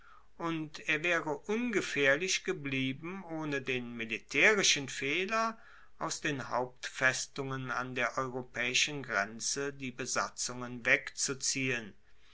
und er waere ungefaehrlich geblieben ohne den militaerischen fehler aus den hauptfestungen an der europaeischen grenze die besatzungen wegzuziehen